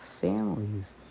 families